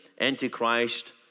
antichrist